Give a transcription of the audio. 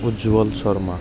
Ujjwal Sharma